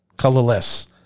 Colorless